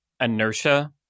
inertia